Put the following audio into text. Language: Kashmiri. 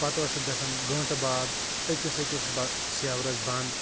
پتہٕ ٲسکھ گژھان گنٛٹہٕ باد أکِس أکِس با سیورس بنٛد